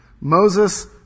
Moses